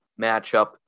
matchup